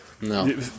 No